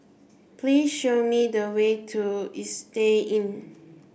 please show me the way to Istay Inn